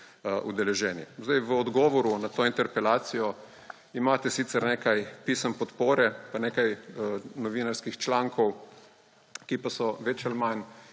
udeleženi. V odgovoru na to interpelacijo imate sicer nekaj pisem podpore pa nekaj novinarskih člankov, ki pa so bolj ali manj